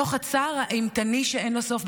בתוך הצער האימתני שאין לו סוף,